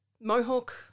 Mohawk